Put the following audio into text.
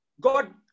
God